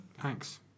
Thanks